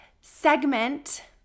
segment